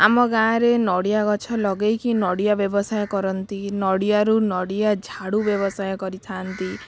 ଆମ ଗାଁରେ ନଡ଼ିଆଗଛ ଲଗାଇକି ନଡ଼ିଆ ବ୍ୟବସାୟ କରନ୍ତି ନଡ଼ିଆରୁ ନଡ଼ିଆ ଝାଡ଼ୁ ବ୍ୟବସାୟ କରିଥାନ୍ତି